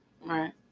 right